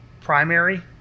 primary